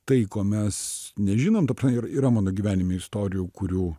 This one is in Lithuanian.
tai ko mes nežinom ir ir yra mano gyvenime istorijų kurių